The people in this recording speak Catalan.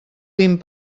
vint